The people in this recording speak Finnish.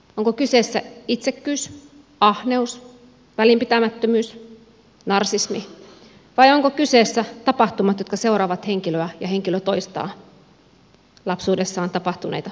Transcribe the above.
onko kyseessä itsekkyys ahneus välinpitämättömyys narsismi vai ovatko kyseessä tapahtumat jotka seuraavat henkilöä ja henkilö toistaa lapsuudessaan tapahtuneita tapahtumia